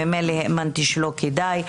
ממילא האמנתי שלא כדאי.